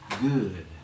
good